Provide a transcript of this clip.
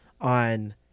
on